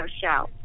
show